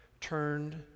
turned